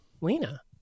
Lena